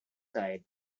side